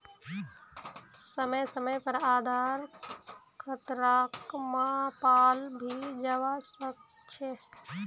समय समय पर आधार खतराक मापाल भी जवा सक छे